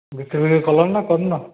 ଭିତରେ କିଏ କଲଣି ନା କରିନ